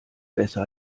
besser